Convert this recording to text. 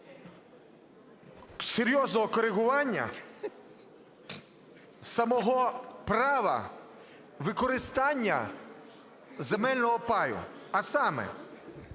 серйозного корегування самого права використання земельного паю. А саме: